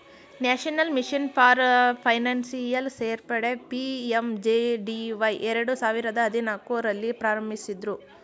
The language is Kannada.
ನ್ಯಾಷನಲ್ ಮಿಷನ್ ಫಾರ್ ಫೈನಾನ್ಷಿಯಲ್ ಸೇರ್ಪಡೆ ಪಿ.ಎಂ.ಜೆ.ಡಿ.ವೈ ಎರಡು ಸಾವಿರದ ಹದಿನಾಲ್ಕು ರಲ್ಲಿ ಪ್ರಾರಂಭಿಸಿದ್ದ್ರು